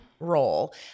role